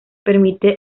permite